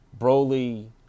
Broly